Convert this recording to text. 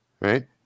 right